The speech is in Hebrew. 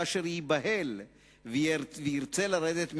כאשר ייבהל וירצה לרדת מהעץ,